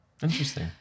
Interesting